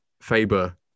Faber